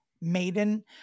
maiden